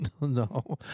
No